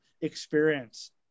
experience